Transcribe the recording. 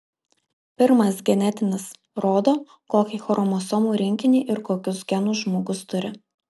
pirmas genetinis rodo kokį chromosomų rinkinį ir kokius genus žmogus turi